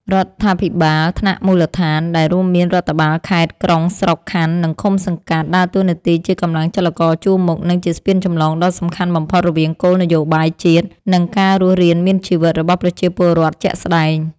រដ្ឋាភិបាលថ្នាក់មូលដ្ឋាន ដែលរួមមានរដ្ឋបាលខេត្ត ក្រុង ស្រុក ខណ្ឌ និងឃុំ-សង្កាត់ ដើរតួនាទីជាកម្លាំងចលករជួរមុខ និងជាស្ពានចម្លងដ៏សំខាន់បំផុតរវាងគោលនយោបាយជាតិ និងការរស់រានមានជីវិតរបស់ប្រជាពលរដ្ឋជាក់ស្ដែង។